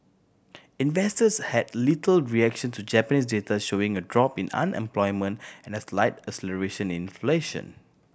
investors had little reaction to Japanese data showing a drop in unemployment and a slight acceleration in inflation